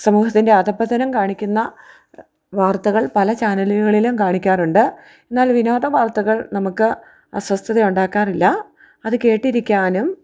സമൂഹത്തിൻ്റെ അധപദനം കാണിക്കുന്ന വാർത്തകൾ പല ചാനലുകളിലും കാണിക്കാറുണ്ട് എന്നാൽ വിനോദ വാർത്തകൾ നമുക്ക് അസ്വസ്ഥത ഉണ്ടാക്കാറില്ല അത് കേട്ടിരിക്കാനും